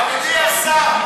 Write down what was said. אדוני השר,